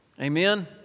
Amen